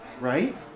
right